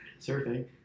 surfing